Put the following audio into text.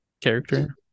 character